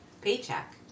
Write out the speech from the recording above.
paycheck